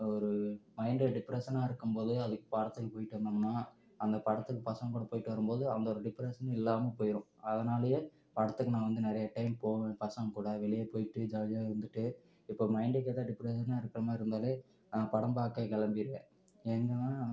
ஒரு மைண்டு டிப்ரசன்னாக இருக்கும்போது அதுக்கு படத்துக்கு போய்விட்டு வந்தோம்ன்னால் அந்த படத்துக்கு பசங்கள் கூட போய்விட்டு வரும்போது அந்த ஒரு டிப்ரசன் இல்லாமல் போயிடும் அதனாலேயே படத்துக்கு நான் வந்து நிறைய டைம் போவேன் பசங்கள் கூட வெளியே போய்விட்டு ஜாலியாக இருந்துவிட்டு இப்போ மைண்டுக்கு எதாவது டிப்ரசனாக இருக்கிற மாதிரி இருந்தாலே நான் படம் பார்க்க கிளம்பிருவேன் எங்கேன்னா